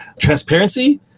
transparency